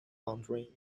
laundering